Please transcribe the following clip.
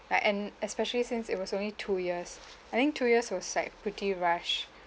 uh and especially since it was only two years I think two years was like pretty rush